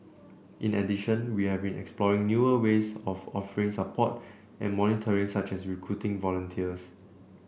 in addition we have been exploring newer ways of offering support and monitoring such as recruiting volunteers